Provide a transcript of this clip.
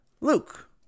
Luke